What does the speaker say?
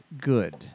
good